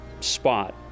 spot